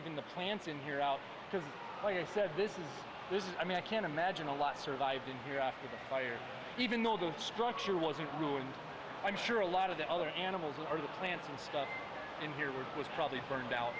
even the plants in here out because like i said this is this is i mean i can't imagine a lot survived in here after the fire even though the structure wasn't ruined i'm sure a lot of the other animals or plants and stuff in here was probably burned out